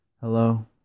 Hello